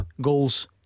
Goals